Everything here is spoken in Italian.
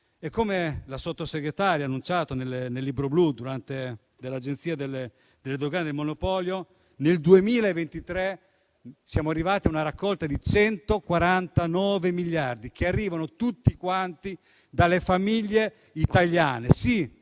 Come la Sottosegretaria ha annunciato, nel libro blu dell'Agenzia delle dogane e dei monopoli, nel 2023 siamo arrivati a una raccolta di 149 miliardi, che arrivano tutti quanti dalle famiglie italiane,